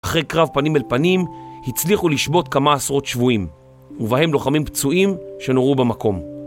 אחרי קרב פנים אל פנים, הצליחו לשבות כמה עשרות שבויים, ובהם לוחמים פצועים שנורו במקום.